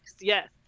yes